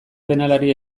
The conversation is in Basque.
penalari